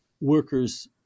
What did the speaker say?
workers